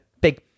big